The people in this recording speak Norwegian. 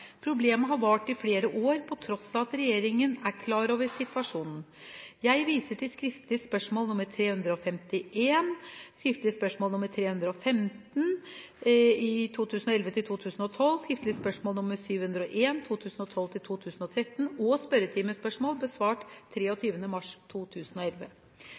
Problemet har vart i flere år, på tross av at regjeringen er klar over situasjonen. Jeg viser til skriftlig spørsmål nr. 351 , skriftlig spørsmål nr. 315 , skriftlig spørsmål nr. 701 og spørretimespørsmål besvart 23. mars 2011. Vil statsråden nå øke kapasiteten, og